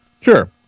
Sure